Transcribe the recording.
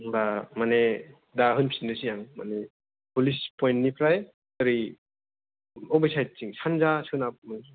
होमबा माने दा होनफिन्नोसै आं माने पुलिस पइन्टनिफ्राय एरै अबसे साइडथिं सान्जा सोनाब